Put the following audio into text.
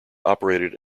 operated